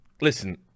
Listen